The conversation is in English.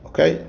Okay